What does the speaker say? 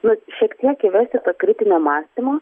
nu šiek tiek įvesti to kritinio mąstymo